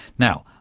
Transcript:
now,